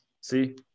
See